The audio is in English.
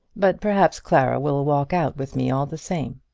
but perhaps clara will walk out with me all the same.